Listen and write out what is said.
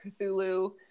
Cthulhu